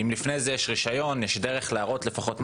אם לפני זה יש רישיון, יש דרך להראות לפחות משהו,